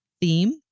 theme